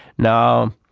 now,